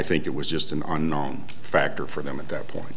think it was just an unknown factor for them at that point